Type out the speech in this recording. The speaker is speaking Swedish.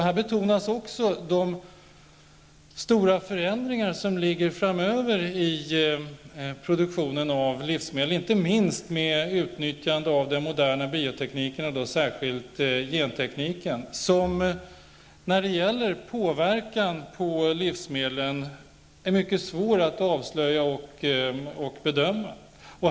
Här betonas också de stora förändringar som förestår i produktionen av livsmedel, inte minst med utnyttjande av den moderna biotekniken, särskilt gentekniken, vars påverkan på livsmedel är mycket svår att avslöja och bedöma.